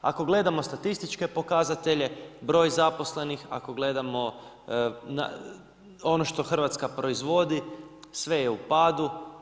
Ako gledamo statističke pokazatelje broj zaposlenih, ako gledamo ono što Hrvatska proizvodi sve je u padu.